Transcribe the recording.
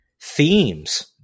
themes